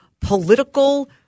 political